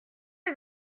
les